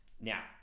Now